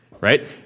right